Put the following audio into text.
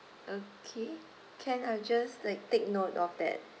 okay can I'll just like take note of that